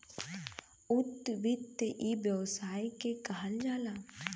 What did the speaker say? उद्यम वृत्ति इ व्यवसाय के कहल जाला